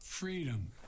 Freedom